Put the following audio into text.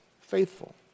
faithful